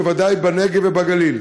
בוודאי בנגב ובגליל.